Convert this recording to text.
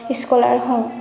scholar হওঁ